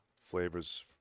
flavors